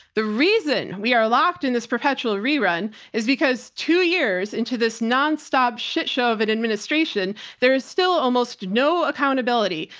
the reason we are locked in this perpetual rerun is because two years into this nonstop shit show of an administration, there is still almost no accountability,